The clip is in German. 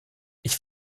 ich